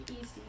easy